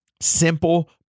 Simple